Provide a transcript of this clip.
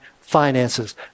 finances